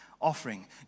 offering